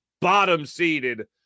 bottom-seeded